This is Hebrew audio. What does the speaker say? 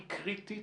היא קריטית,